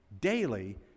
daily